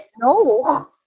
no